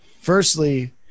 firstly